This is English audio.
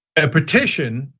a petition,